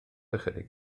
ychydig